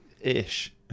ish